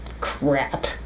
crap